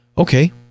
Okay